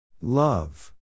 Love